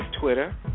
Twitter